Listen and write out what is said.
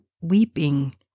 weeping